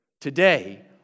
today